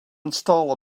install